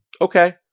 Okay